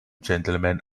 gentlemen